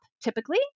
typically